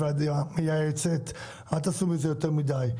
זו ועדה מייעצת, אל תעשו מזה יותר מדי.